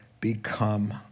become